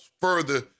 further